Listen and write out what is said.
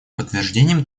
подтверждением